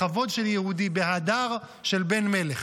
בכבוד של יהודי, בהדר של בן מלך.